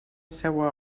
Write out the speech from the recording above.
seua